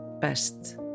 best